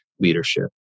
leadership